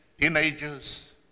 teenagers